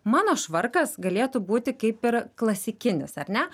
mano švarkas galėtų būti kaip ir klasikinis ar ne